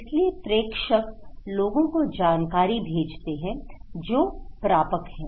इसलिए प्रेषक लोगों को जानकारी भेजते हैं जो प्रापक हैं